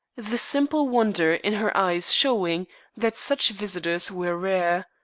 the simple wonder in her eyes showing that such visitors were rare.